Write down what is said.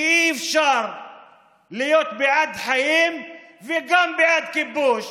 כי אי-אפשר להיות בעד חיים וגם בעד כיבוש.